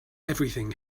everything